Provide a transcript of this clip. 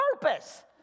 purpose